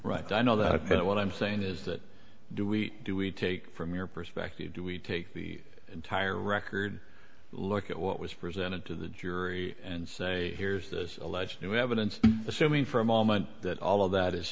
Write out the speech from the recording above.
you know what i'm saying is that do we do we take from your perspective do we take the entire record look at what was presented to the jury and say here's this alleged new evidence assuming for a moment that all of that is